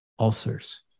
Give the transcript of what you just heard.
ulcers